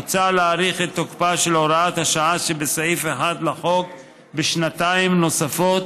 מוצע להאריך את תוקפה של הוראת השעה שבסעיף 1 לחוק בשנתיים נוספות,